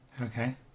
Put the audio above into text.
Okay